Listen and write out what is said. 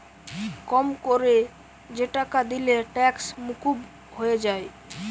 কম কোরে যে টাকা দিলে ট্যাক্স মুকুব হয়ে যায়